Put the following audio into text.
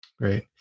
Great